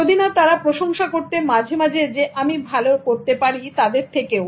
যদি না তারা প্রশংসা করতে মাঝে মাঝে যে আমি ভালো করতে পারি তাদের থেকেও